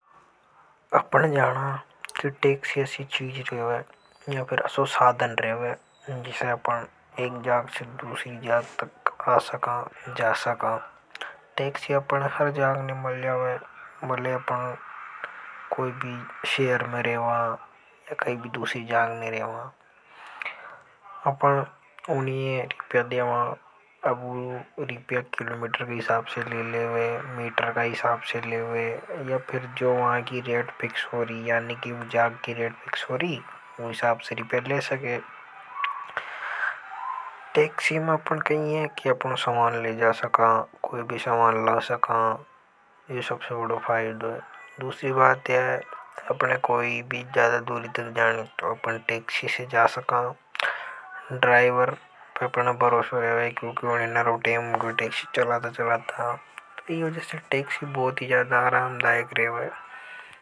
अपन जाना की टैक्सी अशी चीज है या फेर असो सादन रेवे जिसे अपन एक जाग से दूसरी जागे जा सका आ सका टैक्सी अपन है। हर जाग ने मल जावे भलाई अपन कोई भी शहर में रेवा या कई भी दूसरी जाग ने रेवा अपन ऊनी ये रुपया दवा अब ऊ रुपया किलोमीटर के हिसाब से लेले वे मीटर के हिसाब से ले लेवे या फिर। जो वहां की रेट फीस हो री यानी की उन जाग की रेट फिक्स हो री उन हिसाब से रुपया ले सके। टेक्सी में अपन कई है अपनो सामान ले जा सका कोई भी सामान ला सका यो सबसे बड़ों फायदों है। दूसरी बात या है अपन है कोई भी ज्यादा दूरी तक जानी तो टैक्सी से जा सका ड्राइवर पे अपन परोसे रेवे क्यों की नारों टैम हो गयो टैक्सी चलाता।